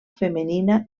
femenina